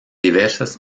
diversas